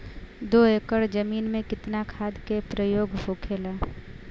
दो एकड़ जमीन में कितना खाद के प्रयोग होखेला?